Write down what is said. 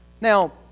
Now